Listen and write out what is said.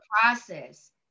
process